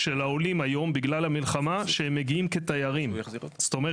אבל המצב השתנה.